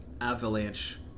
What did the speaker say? avalanche